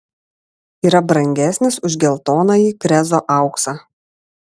yra brangesnis už geltonąjį krezo auksą